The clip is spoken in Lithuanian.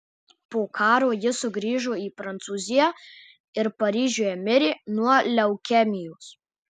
po karo ji sugrįžo į prancūziją ir paryžiuje mirė nuo leukemijos